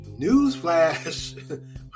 Newsflash